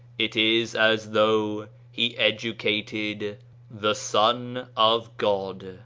it is as though he educated the son of god.